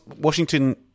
Washington